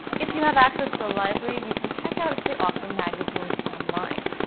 if you have access to a library you can check out if they offer magazines online.